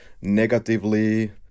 negatively